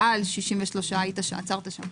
מעל 63 עצרת שם.